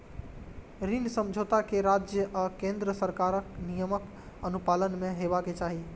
ऋण समझौता कें राज्य आ केंद्र सरकारक नियमक अनुपालन मे हेबाक चाही